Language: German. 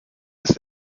ist